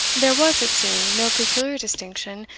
there was, it seemed, no peculiar distinction,